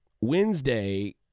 Wednesday